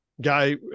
Guy